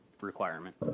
requirement